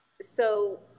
so-